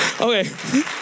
Okay